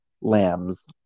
lambs